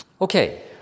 Okay